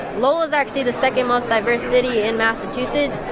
lowell is actually the second most diverse city in massachusetts,